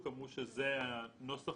אמרו שזה הנוסח